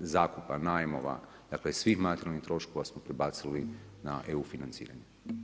zakupa, najmova, dakle svih materijalnih troškova smo prebacili na EU financiranje.